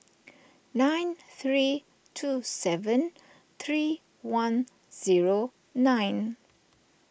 nine three two seven three one zero nine